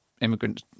immigrant